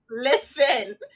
Listen